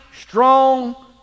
strong